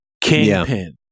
kingpin